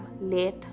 late